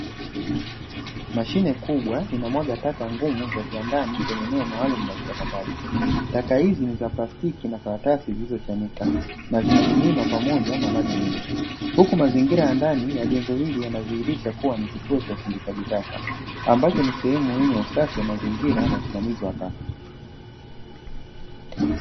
Mashine kubwa inawaga taka ngumu za kiwandani kwenye eneo maalumu la uchakataji, taka hizi ni za plastiki na karatasi zilizochanika na zinamiminwa pamoja na maji mengi, huku mazingira ya ndani ya jengo hili yanadhihirisha kuwa ni kituo cha usindikaji taka, ambacho ni sehemu muhimu wa usafi wa mazingira na usimamizi wa taka.